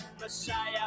Messiah